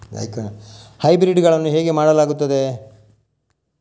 Hybrid ಗಳನ್ನು ಹೇಗೆ ಮಾಡಲಾಗುತ್ತದೆ?